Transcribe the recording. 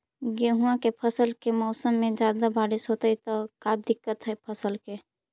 गेहुआ के फसल के मौसम में ज्यादा बारिश होतई त का दिक्कत हैं फसल के?